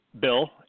Bill